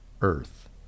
Earth